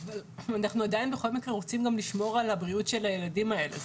אנחנו עדיין בכל מקרה רוצים גם לשמור על הבריאות של הילדים האלה.